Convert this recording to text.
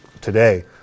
today